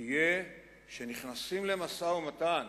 תהיה שנכנסים למשא-ומתן